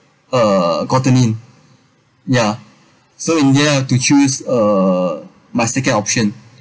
uh gotten in yeah so in the end I had to choose uh my second option